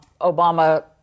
Obama